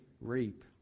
reap